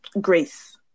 Grace